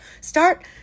Start